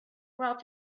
while